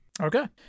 Okay